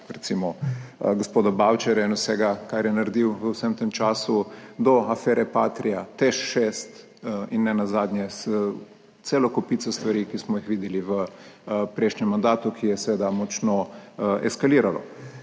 recimo gospoda Bavčarja in vsega kar je naredil v vsem tem času, do afere Patria, TEŠ 6 in nenazadnje s celo kopico stvari, ki smo jih videli v prejšnjem mandatu, ki je seveda močno eskaliralo.